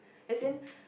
as in